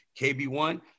KB1